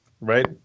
right